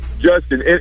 Justin